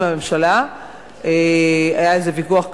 היה על זה ויכוח גדול,